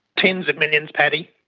tens of millions, paddy.